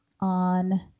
on